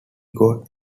god